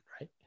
right